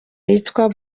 yitwa